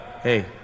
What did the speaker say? Hey